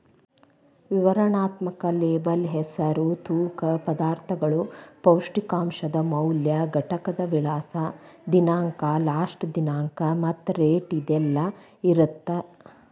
ವಿವರಣಾತ್ಮಕ ಲೇಬಲ್ ಹೆಸರು ತೂಕ ಪದಾರ್ಥಗಳು ಪೌಷ್ಟಿಕಾಂಶದ ಮೌಲ್ಯ ಘಟಕದ ವಿಳಾಸ ದಿನಾಂಕ ಲಾಸ್ಟ ದಿನಾಂಕ ಮತ್ತ ರೇಟ್ ಇದೆಲ್ಲಾ ಇರತ್ತ